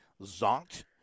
zonked